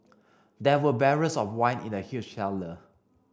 there were barrels of wine in the huge cellar